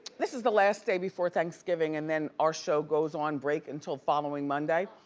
this is the last day before thanksgiving and then our show goes on break until following monday.